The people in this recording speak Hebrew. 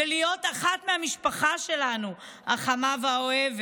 ולהיות אחת מהמשפחה שלנו החמה והאוהבת.